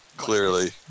Clearly